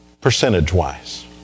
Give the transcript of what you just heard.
percentage-wise